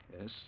Yes